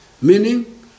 Meaning